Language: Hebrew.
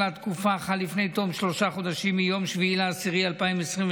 של התקופה חל לפני תום שלושה חודשים מיום 7 באוקטובר 2023,